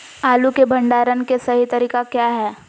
आलू के भंडारण के सही तरीका क्या है?